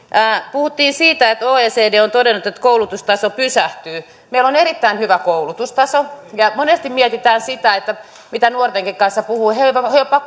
puhuttiin siitä että oecd on todennut että koulutustaso pysähtyy meillä on erittäin hyvä koulutustaso ja monesti mietitään sitä mitä nuortenkin kanssa puhutaan he jopa